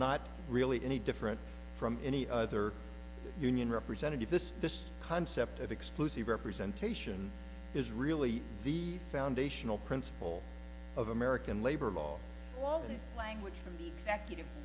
not really any different from any other union representative this concept of exclusive representation is really the foundational principle of american labor law all this language from the executive